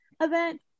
event